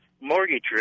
mortgage